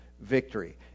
victory